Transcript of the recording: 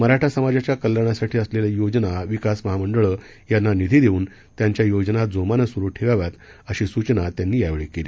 मराठा समाजाच्या कल्याणासाठी असलेल्या योजना विकास महामंडळ यांना निधी देऊन त्यांच्या योजना जोमानं स्रु ठेवाव्यात अशी सूचना त्यांनी यावेळी केली